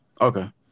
Okay